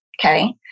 Okay